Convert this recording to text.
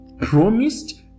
promised